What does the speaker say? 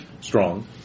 Strong